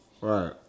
Right